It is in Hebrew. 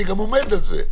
אני גם עומד על זה,